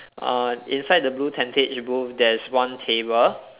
uh inside the blue tentage booth there's one table